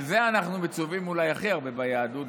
על זה אנחנו מצווים אולי הכי הרבה ביהדות